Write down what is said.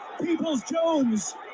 Peoples-Jones